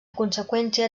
conseqüència